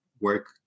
work